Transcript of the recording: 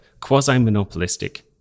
quasi-monopolistic